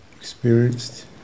experienced